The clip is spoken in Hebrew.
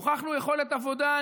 הוכחנו יכולת עבודה,